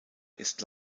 ist